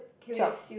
twelve